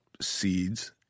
seeds